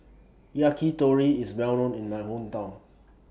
Yakitori IS Well known in My Hometown